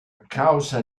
causa